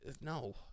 no